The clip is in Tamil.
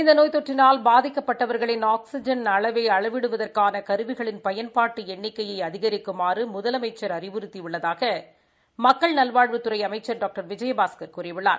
இந்த நோய் தொற்றினால் பாதிக்கப்பட்டவா்களின் ஆக்ஸிஜன் அளவை அளவிடுவதற்கான கருவிகளின் பயன்பாட்டு எண்ணிக்கையை அதிகரிக்குமாறு முதலமைச்ச் அறிவுறுத்தியுள்ளதாக மக்கள் நல்வாழ்வுத்துறை அமைச்சர் டாக்டர் விஜயபாஸ்கர் கூறியுள்ளார்